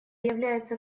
является